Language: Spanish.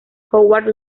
howard